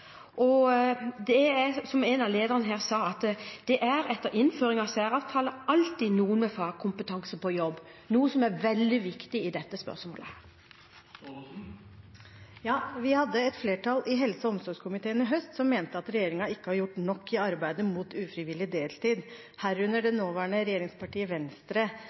Som en av lederne der sa, etter innføringen av særavtale er det alltid noen med fagkompetanse på jobb, noe som er veldig viktig i dette spørsmålet. Vi hadde et flertall i helse- og omsorgskomiteen i høst som mente at regjeringen ikke har gjort nok i arbeidet mot ufrivillig deltid, herunder det nåværende regjeringspartiet Venstre.